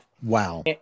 Wow